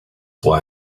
why